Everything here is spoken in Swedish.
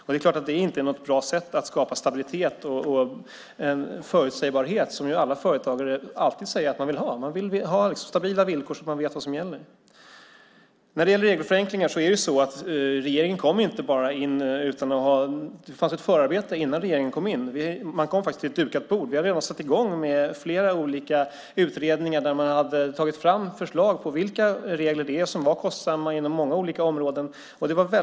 Det är klart att det inte är något bra sätt att skapa stabilitet och förutsägbarhet, vilket alla företagare alltid säger att de vill ha. De vill ha stabila villkor, så att de vet vad som gäller. När det gäller regelförenklingar är det så att det fanns ett förarbete innan den nuvarande regeringen kom in. Man kom faktiskt till ett dukat bord. Vi hade redan satt i gång med flera olika utredningar, där man hade tagit fram förslag och uppgifter om vilka regler som var kostsamma inom många olika områden.